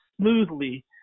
smoothly